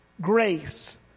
grace